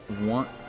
want